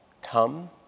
come